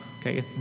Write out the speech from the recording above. okay